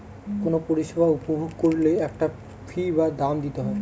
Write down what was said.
কোনো পরিষেবা উপভোগ করলে একটা ফী বা দাম দিতে হয়